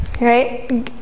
right